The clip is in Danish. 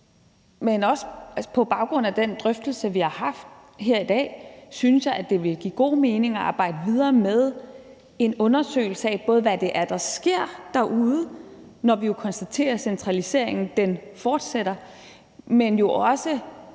Men på baggrund af den drøftelse, vi har haft her i dag, synes jeg, at det ville give god mening at arbejde videre med en undersøgelse af, både hvad der sker derude, når vi konstaterer, at centraliseringen fortsætter, og